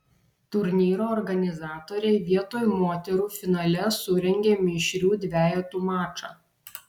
turnyro organizatoriai vietoj moterų finale surengė mišrių dvejetų mačą